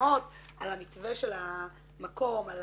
הסכמות על המתווה של המקום, על